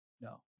no